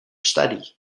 study